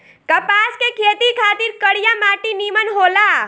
कपास के खेती खातिर करिया माटी निमन होला